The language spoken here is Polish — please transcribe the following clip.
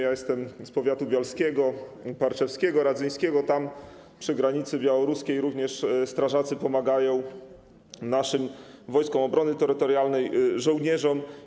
Jestem z powiatu bialskiego, parczewskiego, radzyńskiego, tam przy granicy białoruskiej również strażacy pomagają naszym Wojskom Obrony Terytorialnej, żołnierzom.